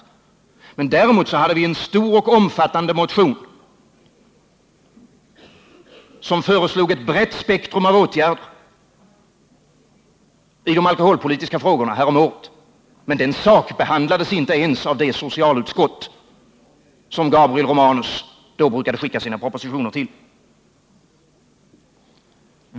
Däremot väckte vi häromåret en stor och omfattande motion där vi föreslog ett brett spektrum av åtgärder i de alkoholpolitiska frågorna. Men den blev inte ens sakbehandlad i det socialutskott som Gabriel Romanus då brukade skicka sina propositioner till.